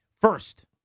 First